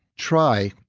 try,